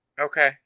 Okay